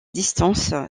distance